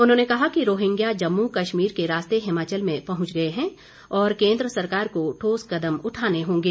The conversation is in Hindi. उन्होंने कहा कि रोहिंग्या जम्मू कश्मीर के रास्ते हिमाचल में पहुंच गए हैं और केन्द्र सरकार को ठोस कदम उठाने होंगे